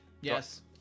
yes